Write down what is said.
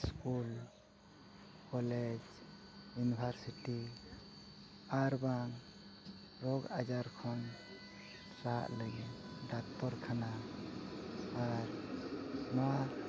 school college university ᱟᱨ ᱵᱟᱝ ᱨᱳᱜᱽ ᱟᱡᱟᱨ ᱠᱷᱚᱱ ᱥᱟᱦᱟᱜ ᱞᱟᱹᱜᱤᱫ ᱰᱟᱠᱛᱚᱨ ᱠᱷᱟᱱᱟ ᱟᱨ ᱱᱚᱣᱟ